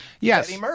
Yes